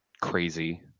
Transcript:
crazy